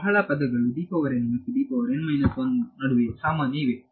ಬಹಳ ಪದಗಳು ಮತ್ತು ನಡುವೆ ಸಾಮಾನ್ಯ ಇವೆ